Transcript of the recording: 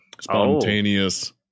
Spontaneous